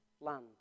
land